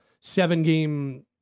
seven-game